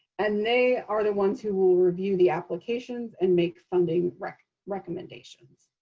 and they are the ones who will review the applications and make funding recommendations.